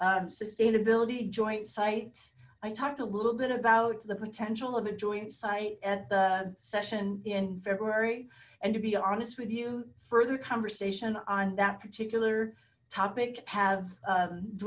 sustained joint site i talked a little bit about the potential of a joint site at the session in february and to be honest with you further conversation on that particular topic have